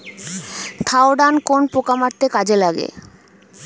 Thiodan কোন পোকা মারতে কাজে লাগে?